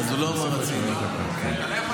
אתה לא יכול לשים לו מילים כאלה בפה.